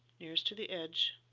nearest to the edge